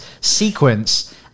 sequence